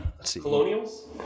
Colonials